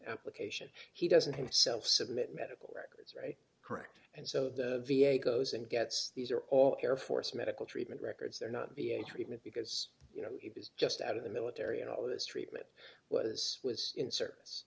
application he doesn't himself submit medical records right correct and so the v a goes and gets these are all air force medical treatment records they're not being treatment because you know he was just out of the military and all this treatment was was in service